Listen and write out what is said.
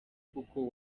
kuko